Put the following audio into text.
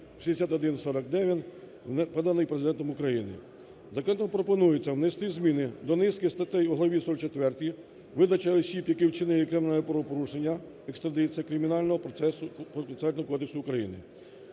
6149), поданий Президентом України. Законопроектом пропонується внести зміни до низки статей у главі 44 "Видача осіб, які вчинили кримінальні правопорушення, екстрадиція кримінального процесу